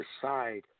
Decide